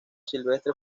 silvestre